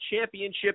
Championship